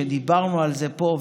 שדיברנו עליהם פה,